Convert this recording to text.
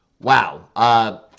Wow